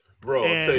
Bro